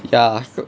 ya so